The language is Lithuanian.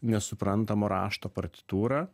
nesuprantamo rašto partitūra